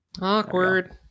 Awkward